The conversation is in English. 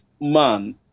man